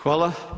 Hvala.